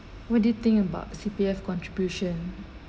what do you think about C_P_F contribution